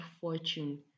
fortune